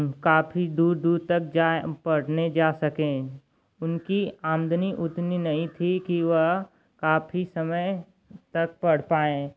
काफ़ी दूर दूर तक जाएँ पढ़ने जा सकें उनकी आमदनी उतनी नहीं थी कि वह काफ़ी समय तक पढ़ पाएँ